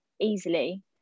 easily